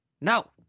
No